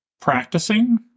practicing